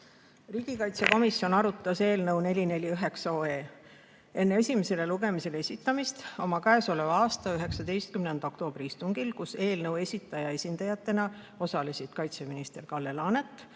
Riigikaitsekomisjon arutas eelnõu 444 enne esimesele lugemisele esitamist oma k.a 11. oktoobri istungil, kus eelnõu esitaja esindajatena osalesid kaitseminister Kalle Laanet